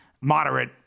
moderate